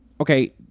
okay